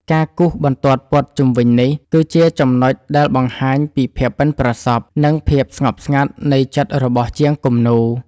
ការគូសបន្ទាត់ព័ទ្ធជុំវិញនេះ គឺជាចំណុចដែលបង្ហាញពីភាពប៉ិនប្រសប់ និងភាពស្ងប់ស្ងាត់នៃចិត្តរបស់ជាងគំនូរ។